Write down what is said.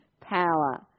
power